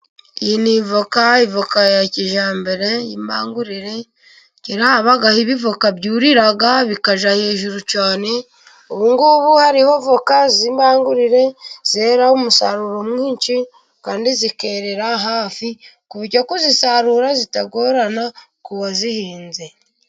Iyi ni voka, voka ya kijyambere imbangurire. Kera heraga ibi voka byuriraga bikajya hejuru cyane, ubungubu hariho voka z'imbangurire zeraho umusaruro mwinshi, kandi zerera hafi kuzisarura zitagorana ku wazihinze.